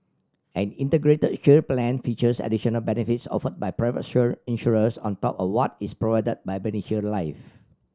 an Integrated Shield Plan features additional benefits offered by private insurers on top of what is provided by MediShield Life